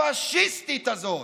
הפשיסטית הזאת,